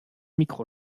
mikro